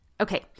Okay